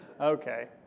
Okay